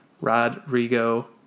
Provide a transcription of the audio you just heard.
Rodrigo